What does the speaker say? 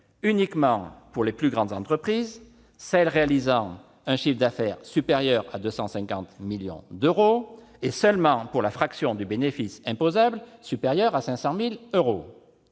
sociétés pour les plus grandes entreprises, celles réalisant un chiffre d'affaires supérieur à 250 millions d'euros, et seulement pour la fraction du bénéfice imposable supérieure à 500 000 euros.